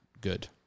good